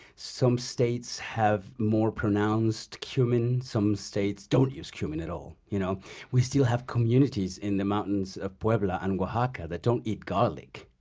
some states have more pronounced cumin, some states don't use cumin at all. you know we still have communities in the mountains of puebla and oaxaca that don't eat garlic.